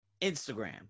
Instagram